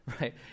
right